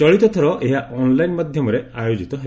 ଚଳିତ ଥର ଏହା ଅନଲାଇନ ମାଧ୍ୟମରେ ଆୟୋଜିତ ହେବ